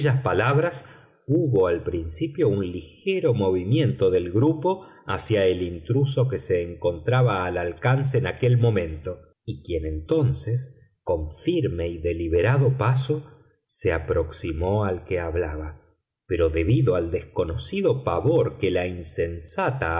palabras hubo al principio un ligero movimiento del grupo hacia el intruso que se encontraba al alcance en aquel momento y quien entonces con firme y deliberado paso se aproximó al que hablaba pero debido al desconocido pavor que la insensata